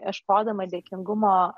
ieškodama dėkingumo